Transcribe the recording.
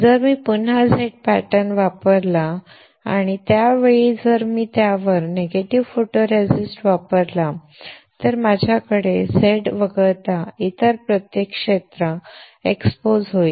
जर मी पुन्हा Z पॅटर्न वापरला आणि यावेळी जर मी त्यावर निगेटिव्ह फोटोरेसिस्ट वापरला तर माझ्याकडे Z वगळता इतर प्रत्येक क्षेत्र एक्सपोज होईल